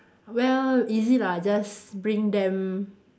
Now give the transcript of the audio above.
well easy lah just bring them